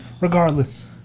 Regardless